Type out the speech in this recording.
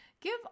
Give